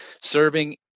serving